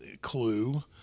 clue